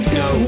go